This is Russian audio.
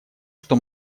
что